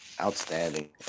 Outstanding